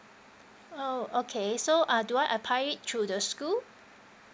oh okay so ah do I apply it through the school